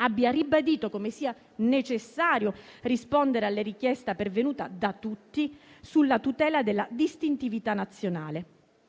ha ribadito come sia necessario rispondere alla richiesta pervenuta da tutti sulla tutela della distintività nazionale.